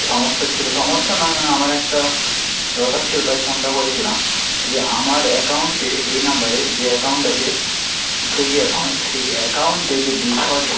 সমস্যা ছিলো সমস্যা নয় মানে আমার একটা দরকার ছিলো তাই ফোনটা করেছিলাম যে আমার অ্যাকাউন্টে এই নাম্বারে যে অ্যাকাউন্ট আছে সুইগি অ্যাকাউন্ট সেই অ্যাকাউন্টে যে ডিফল্ট